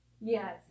Yes